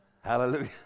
Hallelujah